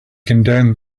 condemned